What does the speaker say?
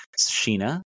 Sheena